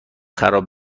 خراب